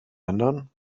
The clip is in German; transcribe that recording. ändern